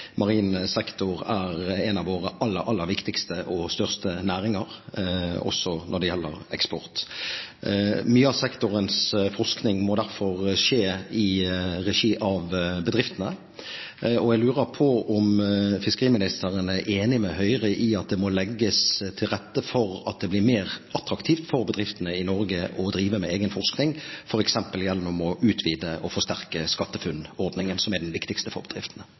marin sektor er en av våre aller viktigste og største næringer, også når det gjelder eksport. Mye av sektorens forskning må derfor skje i regi av bedriftene. Jeg lurer på om fiskeriministeren er enig med Høyre i at det må legges til rette for at det blir mer attraktivt for bedriftene i Norge å drive med egen forskning, f.eks. gjennom å utvide og forsterke SkatteFUNN-ordningen, som er den viktigste for bedriftene.